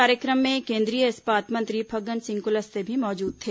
कार्यक्रम में केंद्रीय इस्पात मंत्री फग्गन सिंह कुलस्ते भी मौजूद थे